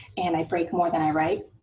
and i break more than i write.